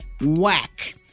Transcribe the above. Whack